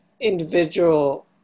individual